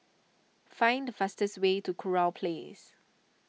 find the fastest way to Kurau Place